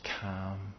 calm